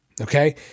Okay